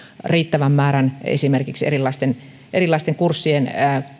riittävän määrän esimerkiksi erilaisten erilaisten kurssien